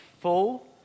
full